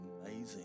amazing